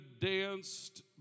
danced